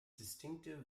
distinctive